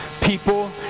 People